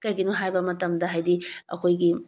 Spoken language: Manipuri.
ꯀꯩꯒꯤꯅꯣ ꯍꯥꯏꯕ ꯃꯇꯝꯗ ꯍꯥꯏꯗꯤ ꯑꯩꯈꯣꯏꯒꯤ